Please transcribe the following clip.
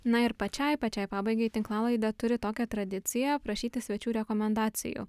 na ir pačiai pačiai pabaigai tinklalaidė turi tokią tradiciją prašyti svečių rekomendacijų